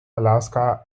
alaska